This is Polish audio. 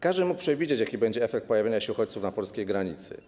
Każdy mógł przewidzieć, jaki będzie efekt pojawienia się uchodźców na polskiej granicy.